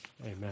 Amen